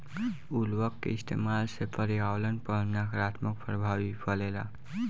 उर्वरक के इस्तमाल से पर्यावरण पर नकारात्मक प्रभाव भी पड़ेला